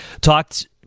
talked